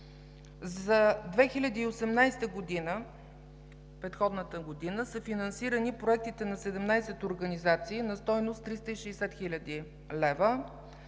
година, са финансирани проектите на 17 организации на стойност 360 хил. лв.